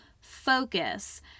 focus